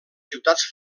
ciutats